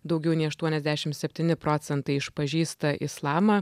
daugiau nei aštuoniasdešim septyni procentai išpažįsta islamą